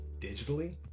digitally